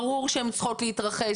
ברור שהן צריכות להתרחש,